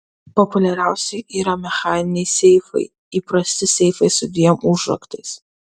populiariausi yra mechaniniai seifai įprasti seifai su dviem užraktais